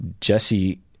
Jesse